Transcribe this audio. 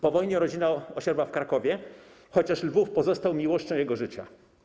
Po wojnie rodzina osiadła w Krakowie, chociaż Lwów pozostał miłością jego życia.